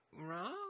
wrong